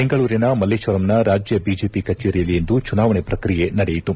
ಬೆಂಗಳೂರಿನ ಮಲ್ಲೇಶ್ವರಂನ ರಾಜ್ಯ ಬಿಜೆಪಿ ಕಚೇರಿಯಲ್ಲಿಂದು ಚುನಾವಣೆ ಪ್ರಕ್ರಿಯೆ ನಡೆಯಿತು